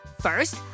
first